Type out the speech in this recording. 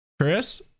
Chris